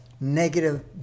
negative